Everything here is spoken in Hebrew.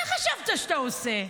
מה חשבת שאתה עושה?